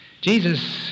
Jesus